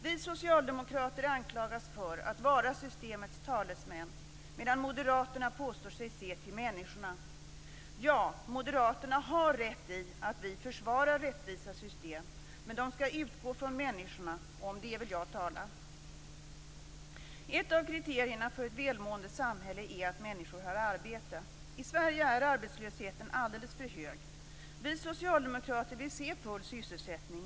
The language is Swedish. Vi socialdemokrater anklagas för att vara systemets talesmän, medan moderaterna påstår sig se till människorna. Ja, moderaterna har rätt i att vi försvarar rättvisa system, men de skall utgå från människorna. Det är om det jag vill tala. Ett av kriterierna för ett välmående samhälle är att människor har arbete. I Sverige är arbetslösheten alldeles för hög. Vi socialdemokrater vill se full sysselsättning.